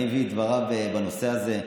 אני אביא את דבריו בנושא הזה.